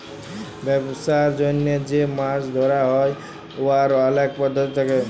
ব্যবসার জ্যনহে যে মাছ ধ্যরা হ্যয় উয়ার অলেক পদ্ধতি থ্যাকে